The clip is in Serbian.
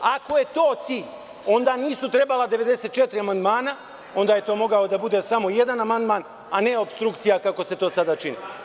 Ako je to cilj, onda nisu trebala 94 amandmana, mogao je da bude samo jedan amandman, a ne opstrukcija kako se to sada čini.